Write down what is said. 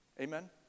Amen